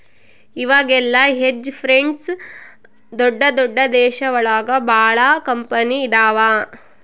ಇವಾಗೆಲ್ಲ hedge funds ದೊಡ್ದ ದೊಡ್ದ ದೇಶ ಒಳಗ ಭಾಳ ಕಂಪನಿ ಇದಾವ